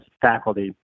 faculty